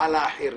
על האחרים,